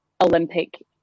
Olympic